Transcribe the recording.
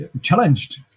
challenged